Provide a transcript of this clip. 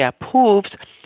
approved